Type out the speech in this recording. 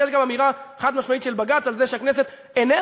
יש גם אמירה חד-משמעית של בג"ץ על כך שהכנסת אינה